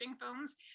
films